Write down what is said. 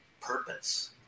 purpose